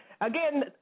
Again